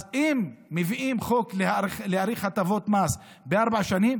אז אם מביאים חוק להאריך הטבות מס בארבע שנים,